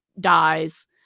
dies